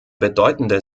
bedeutende